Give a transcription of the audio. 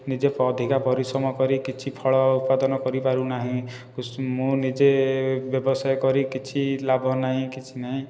ନିଜେ ଅଧିକା ପରିଶ୍ରମ କରି କିଛି ଫଳ ଉତ୍ପାଦନ କରିପାରୁ ନାହିଁ ମୁଁ ନିଜେ ବ୍ୟବସାୟ କରି କିଛି ଲାଭ ନାହିଁ କିଛି ନାହିଁ